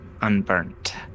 unburnt